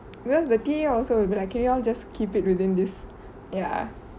because T_A also will be like can you all just keep it within this ya